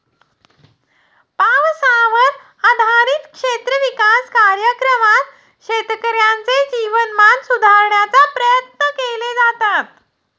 पावसावर आधारित क्षेत्र विकास कार्यक्रमात शेतकऱ्यांचे जीवनमान सुधारण्याचे प्रयत्न केले जातात